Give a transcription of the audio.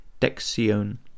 dexion